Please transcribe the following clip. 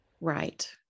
Right